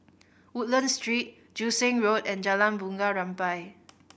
Woodlands Street Joo Seng Road and Jalan Bunga Rampai